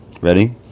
Ready